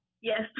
Yes